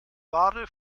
wahre